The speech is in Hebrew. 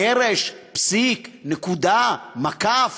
גרש, פסיק, נקודה, מקף,